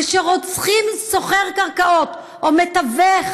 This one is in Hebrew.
וכשרוצחים סוחר קרקעות או מתווך,